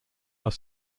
are